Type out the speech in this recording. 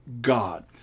God